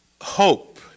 hope